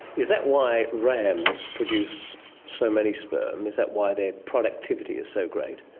is that why rams produce so many sperm, is that why their productivity is so great?